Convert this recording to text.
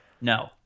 No